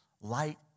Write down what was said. Light